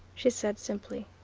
she said simply.